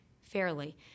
fairly